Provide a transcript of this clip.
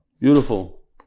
Beautiful